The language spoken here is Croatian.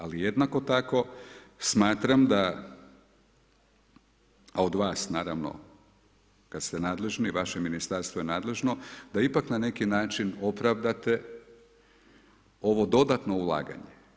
Ali, jednako tako, smatram da, a od vas naravno, kada ste nadležni, vaše Ministarstvo je nadležno, da ipak na neki način opravdate ovo dodatno ulaganje.